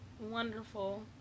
Wonderful